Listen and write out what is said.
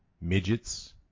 midgets